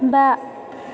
बा